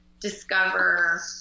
discover